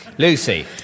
Lucy